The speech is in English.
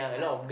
I